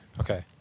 Okay